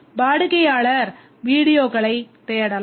வாடிக்கையாளர் வீடியோக்களைத் தேடலாம்